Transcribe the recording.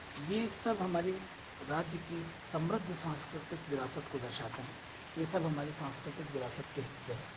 यह सब हमारी राज्य की समृद्ध सांस्कृतिक विरासत को दर्शाते हैं यह सब हमारी सांस्कृतिक विरासत के हिस्से हैं